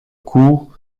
coup